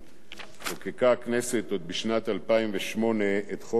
חוקקה הכנסת עוד בשנת 2008 את חוק איסור